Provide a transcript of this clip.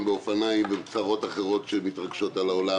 ואופניים וצרות אחרות שמתרגשות על העולם?